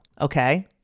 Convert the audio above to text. Okay